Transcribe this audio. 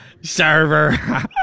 server